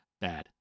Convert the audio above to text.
bad